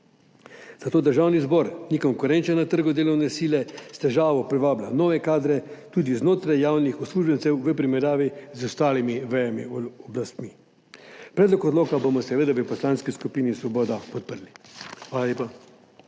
Zato Državni zbor ni konkurenčen na trgu delovne sile, s težavo privablja nove kadre tudi znotraj javnih uslužbencev v primerjavi z ostalimi vejami oblasti. Predlog odloka bomo seveda v Poslanski skupini Svoboda podprli. Hvala lepa.